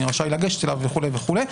מי רשאי לגשת אליו וכו' וכו'.